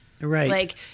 Right